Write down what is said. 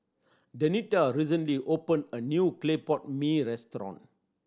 Denita recently opened a new clay pot mee restaurant